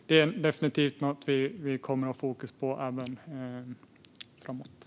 Det är definitivt något vi kommer att ha fokus på även framöver.